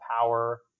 power